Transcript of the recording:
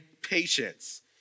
patience